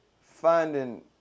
finding